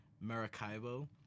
Maracaibo